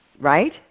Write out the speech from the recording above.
right